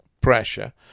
pressure